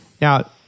now